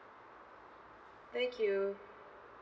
thank you